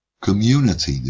community